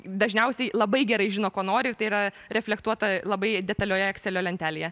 dažniausiai labai gerai žino ko nori ir tai yra reflektuota labai detalioje ekselio lentelėje